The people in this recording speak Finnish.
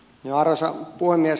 arvoisa puhemies